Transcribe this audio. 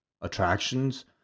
attractions